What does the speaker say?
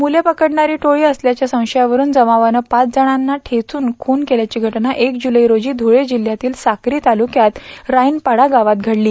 मुले फकडणारी टोळी असल्याच्या संशयावरुन जमावानं पाच जणांचा ठेचून खून केल्याची घटना एक जुलै रोजी बुळे जिल्ह्यातील साक्री तालुक्यात राईनपाडा गावात घडली